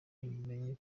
mumenye